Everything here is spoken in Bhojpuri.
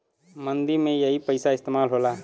मंदी में यही पइसा इस्तेमाल होला